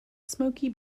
smoky